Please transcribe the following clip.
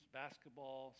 basketball